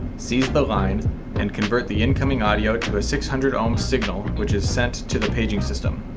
seize the line and convert the incoming audio to a six hundred ohm signal which is sent to the paging system.